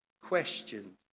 questioned